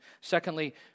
Secondly